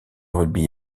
rugby